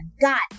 got